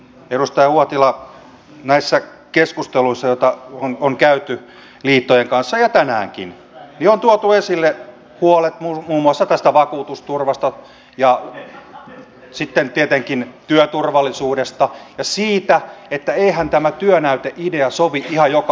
edustaja uotila näissä keskusteluissa joita on käyty liittojen kanssa ja tänäänkin on tuotu esille huolet muun muassa tästä vakuutusturvasta ja sitten tietenkin työturvallisuudesta ja siitä että eihän tämä työnäyteidea sovi ihan joka alalle